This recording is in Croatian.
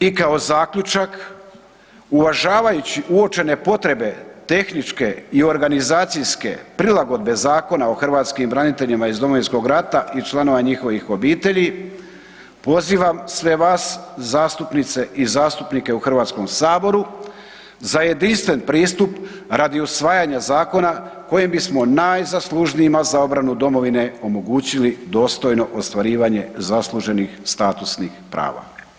I kao zaključak, uvažavajući uočene potrebe tehničke i organizacijske prilagodbe Zakona o hrvatskim braniteljima iz Domovinskog rata i članovima njihovih obitelji, pozivam sve vas zastupnice i zastupnike u Hrvatskom saboru za jedinstven pristup radi usvajanja zakona kojim bismo najzaslužnijima za obranu domovine, omogućili dostojno ostvarivanje zasluženih statusnih prava.